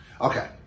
Okay